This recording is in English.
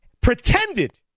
pretended